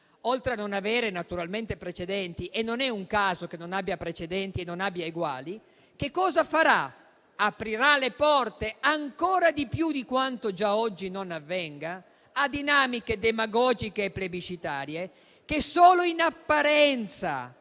oltre a non avere precedenti (non è un caso che non abbia precedenti e non abbia eguali), aprirà le porte, ancora di più di quanto già oggi non avvenga, a dinamiche demagogiche plebiscitarie che solo in apparenza